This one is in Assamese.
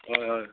হয় হয়